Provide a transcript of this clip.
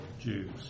Jews